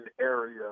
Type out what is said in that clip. area